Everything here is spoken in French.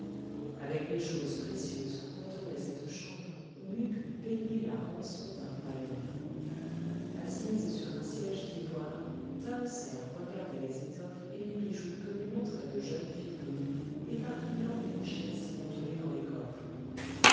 avec les choses précieuses que contenait cette chambre on eût pu payer la rançon d'un royaume assise sur un siège d'ivoire tahoser regardait les étoffes et les bijoux que lui montraient de jeunes filles nues éparpillant les richesses contenues dans les coffres